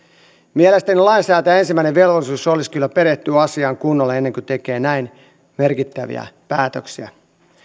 mielestäni lainsäätäjän ensimmäinen velvollisuus olisi kyllä perehtyä asiaan kunnolla ennen kuin tekee näin merkittäviä päätöksiä